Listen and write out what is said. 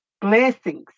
blessings